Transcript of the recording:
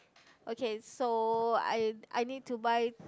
okay so I I need to buy